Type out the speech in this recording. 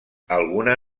alguna